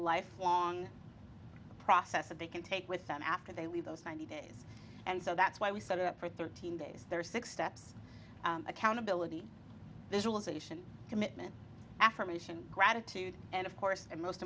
lifelong a process that they can take with them after they leave those ninety days and so that's why we set up for thirteen days there are six steps accountability visualization commitment affirmation gratitude and of course and most